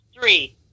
three